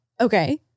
Okay